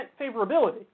favorability